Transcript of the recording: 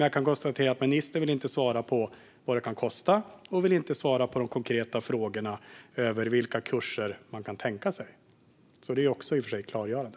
Jag kan konstatera att ministern inte vill svara på vad det kan kosta och att hon inte vill svara på de konkreta frågorna om vilka kurser hon kan tänka sig. Det är i och för sig också klargörande.